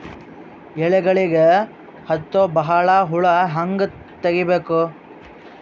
ಎಲೆಗಳಿಗೆ ಹತ್ತೋ ಬಹಳ ಹುಳ ಹಂಗ ತೆಗೀಬೆಕು?